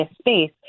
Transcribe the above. space